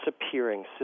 disappearing